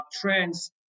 trends